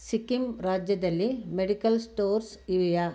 ಸಿಕ್ಕಿಮ್ ರಾಜ್ಯದಲ್ಲಿ medical stores ಇವೆಯಾ